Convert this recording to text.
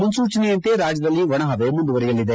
ಮುನ್ಲೂಚನೆಯಂತೆ ರಾಜ್ಯದಲ್ಲಿ ಒಣಪವೆ ಮುಂದುವರೆಯಲಿದೆ